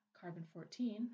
carbon-14